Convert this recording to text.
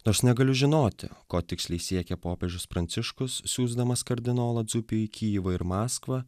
nors negaliu žinoti ko tiksliai siekia popiežius pranciškus siųsdamas kardinolo dzupį į kijevą maskvą